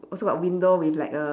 also got window with like a